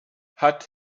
hat